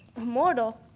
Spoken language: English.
immortal?